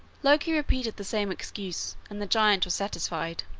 loki repeated the same excuse and the giant was satisfied.